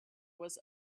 was